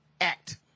Act